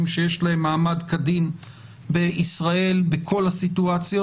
שיש להם מעמד כדין בישראל בכל הסיטואציות.